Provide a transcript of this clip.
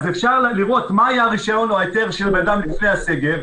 אפשר לראות מה היה הרישיון או ההיתר של בן אדם לפני הסגר,